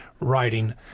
writing